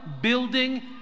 building